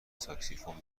ساکسیفون